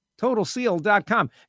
TotalSeal.com